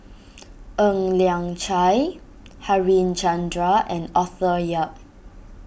Ng Liang Chiang Harichandra and Arthur Yap